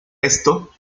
esto